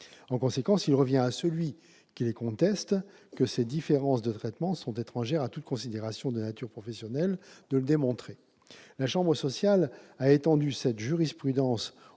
En conséquence, il revient à celui qui les conteste de démontrer que ces différences de traitement sont étrangères à toute considération de nature professionnelle. La chambre sociale a étendu cette jurisprudence